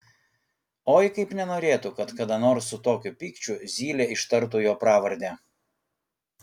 oi kaip nenorėtų kad kada nors su tokiu pykčiu zylė ištartų jo pravardę